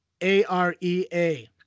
A-R-E-A